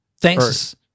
Thanks